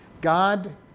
God